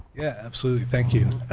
yeah, absolutely, thank you.